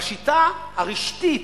בשיטה הרשתית,